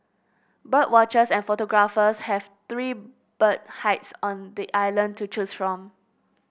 bird watchers and photographers have three bird hides on the island to choose from